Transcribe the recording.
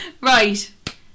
Right